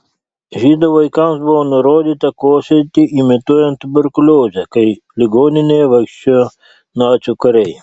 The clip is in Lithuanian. žydų vaikams buvo nurodyta kosėti imituojant tuberkuliozę kai ligoninėje vaikščiojo nacių kariai